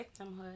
victimhood